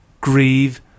grieve